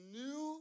new